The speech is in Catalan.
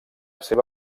seva